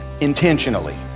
intentionally